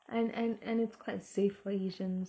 and and and it's quite safe for asians